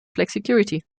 flexicurity